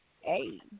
Hey